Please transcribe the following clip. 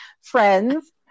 Friends